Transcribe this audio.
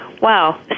Wow